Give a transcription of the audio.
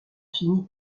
fini